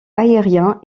aérien